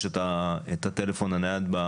ברשות המקומית את מספר הטלפון הנייד,